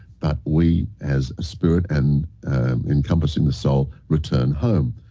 but we as a spirit and encompassing the soul return home.